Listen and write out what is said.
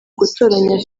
gutoranya